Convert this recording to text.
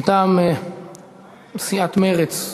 מטעם סיעת מרצ,